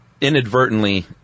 inadvertently